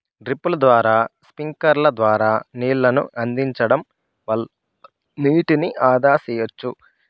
డ్రిప్పుల ద్వారా స్ప్రింక్లర్ల ద్వారా నీళ్ళను అందించడం వల్ల నీటిని ఆదా సెయ్యచ్చు